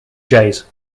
jays